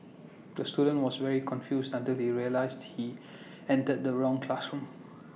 the student was very confused until he realised he entered the wrong classroom